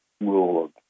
rule